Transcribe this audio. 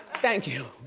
thank you.